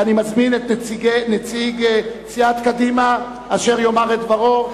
אני מזמין את נציג סיעת קדימה אשר יאמר את דברו.